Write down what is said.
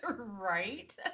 Right